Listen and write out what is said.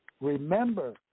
Remember